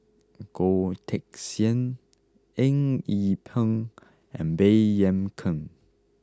Goh Teck Sian Eng Yee Peng and Baey Yam Keng